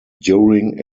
during